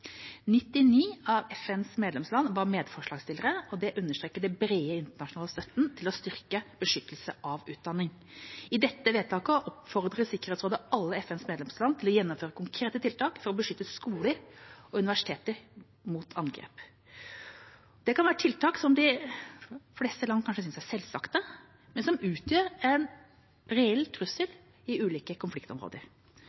99 av FNs medlemsland var medforslagsstillere. Det understreker den brede internasjonale støtten til å styrke beskyttelse av utdanning. I dette vedtaket oppfordrer Sikkerhetsrådet alle FNs medlemsland til å gjennomføre konkrete tiltak for å beskytte skoler og universiteter mot angrep. Det kan være tiltak som de fleste land kanskje synes er selvsagt, men som utgjør en reell trussel